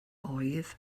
oedd